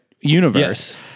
universe